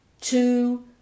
two